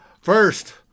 First